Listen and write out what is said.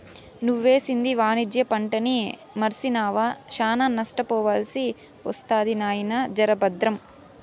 నువ్వేసింది వాణిజ్య పంటని మర్సినావా, శానా నష్టపోవాల్సి ఒస్తది నాయినా, జర బద్రం